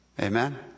Amen